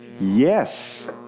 Yes